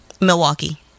milwaukee